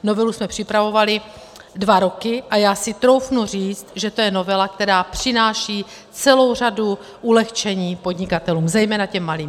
Novelu jsme připravovali dva roky a já si troufnu říct, že je to novela, která přináší celou řadu ulehčení podnikatelům, zejména těm malým.